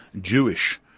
Jewish